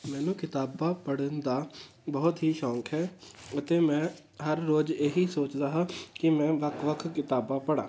ਮੈਨੂੰ ਕਿਤਾਬਾਂ ਪੜ੍ਹਨ ਦਾ ਬਹੁਤ ਹੀ ਸ਼ੌਂਕ ਹੈ ਅਤੇ ਮੈਂ ਹਰ ਰੋਜ਼ ਇਹੀ ਸੋਚਦਾ ਹਾਂ ਕਿ ਮੈਂ ਵੱਖ ਵੱਖ ਕਿਤਾਬਾਂ ਪੜ੍ਹਾਂ